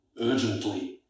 urgently